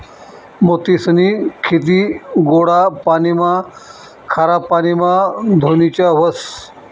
मोतीसनी खेती गोडा पाणीमा, खारा पाणीमा धोनीच्या व्हस